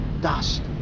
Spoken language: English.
dust